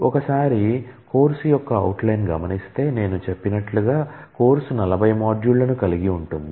ఒకసారి కోర్స్ యొక్క outline గమనిస్తే నేను చెప్పినట్లుగా కోర్సు 40 మాడ్యూళ్ళను కలిగి ఉంటుంది